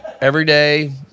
everyday